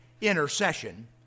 intercession